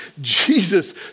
Jesus